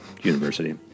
university